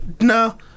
No